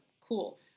Cool